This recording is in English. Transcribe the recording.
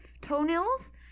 toenails